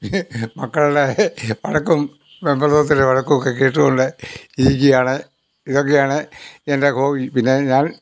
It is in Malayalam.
മക്കളുടെ വഴക്കും പെമ്പറന്നോത്തിയുടെ വഴക്ക് ഒക്കെ കേട്ടുകൊണ്ട് ഇരിക്കുകയാണ് ഇതൊക്കെയാണ് എൻ്റെ ഹോബി പിന്നെ ഞാൻ